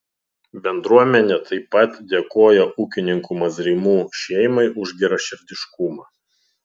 bendruomenė taip pat dėkoja ūkininkų mazrimų šeimai už geraširdiškumą